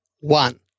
One